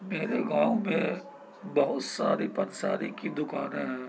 میرے گاؤں میں بہت ساری پنساری کی دوکانیں ہیں